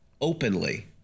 openly